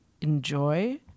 enjoy